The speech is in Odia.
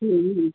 ହୁଁ ହୁଁ